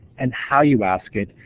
and how you ask it,